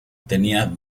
tenía